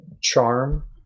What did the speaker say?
charm